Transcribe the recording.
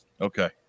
Okay